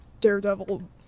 Daredevil